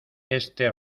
este